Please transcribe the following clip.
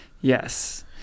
yes